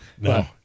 No